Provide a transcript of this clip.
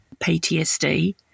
PTSD